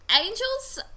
Angels